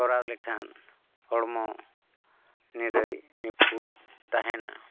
ᱠᱚᱨᱟᱣ ᱞᱮᱠᱷᱟᱱ ᱦᱚᱲᱢᱚ ᱱᱤᱨᱟᱹᱭ ᱱᱤᱯᱷᱩᱴ ᱛᱟᱦᱮᱱᱟ